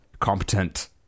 competent